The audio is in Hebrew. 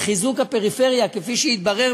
חיזוק הפריפריה: כפי שהתברר,